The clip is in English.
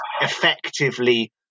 effectively